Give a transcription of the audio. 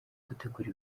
gutegura